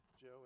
Joe